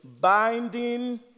binding